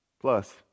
plus